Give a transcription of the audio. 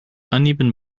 uneven